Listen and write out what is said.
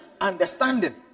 understanding